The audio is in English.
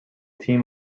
team